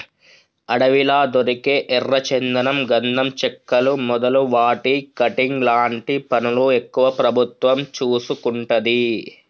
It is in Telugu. అడవిలా దొరికే ఎర్ర చందనం గంధం చెక్కలు మొదలు వాటి కటింగ్ లాంటి పనులు ఎక్కువ ప్రభుత్వం చూసుకుంటది